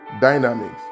dynamics